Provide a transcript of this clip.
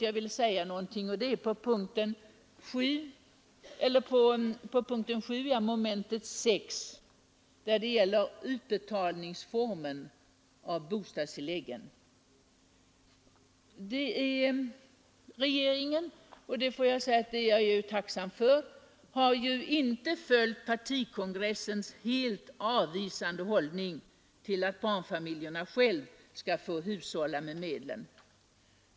Jag vill säga några ord endast beträffande punkten 7 mom. 6 som gäller formen för utbetalningen av bostadstillägg. Regeringen har inte — och det är jag tacksam för — följt partikongres sens helt avvisande hållning till tanken att barnfamiljerna själva skall få hushålla med medlen.